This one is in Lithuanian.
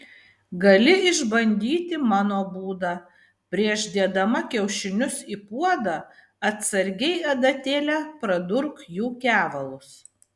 gali išbandyti mano būdą prieš dėdama kiaušinius į puodą atsargiai adatėle pradurk jų kevalus